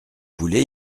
voulez